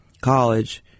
college